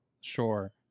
Sure